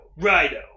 Rido